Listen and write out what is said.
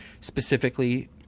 specifically